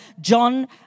John